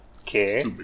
Okay